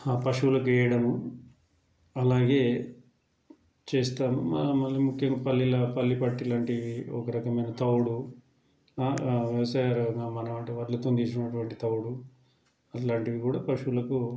పశువుకు వేయడము అలాగే చేస్తారు మ మళ్ళీ ముఖ్యం పల్లెల్లో పల్లె పట్టిలాంటి ఒక రకమయిన తవుడు వ్యవసాయరంగం మనవంటి వాటితో తీసినటువంటి తవుడు అలాంటివి కూడా పశువులకు